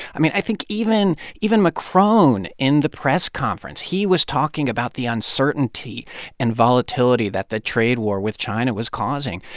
i mean, i think even even macron in the press conference, he was talking about the uncertainty and volatility that the trade war with china was causing.